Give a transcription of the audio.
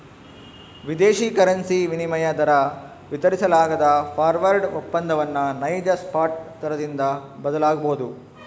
ವಿದೇಶಿ ಕರೆನ್ಸಿ ವಿನಿಮಯ ದರ ವಿತರಿಸಲಾಗದ ಫಾರ್ವರ್ಡ್ ಒಪ್ಪಂದವನ್ನು ನೈಜ ಸ್ಪಾಟ್ ದರದಿಂದ ಬದಲಾಗಬೊದು